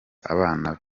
abafana